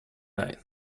nine